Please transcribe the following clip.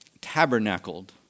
tabernacled